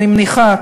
אני מניחה,